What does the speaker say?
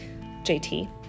JT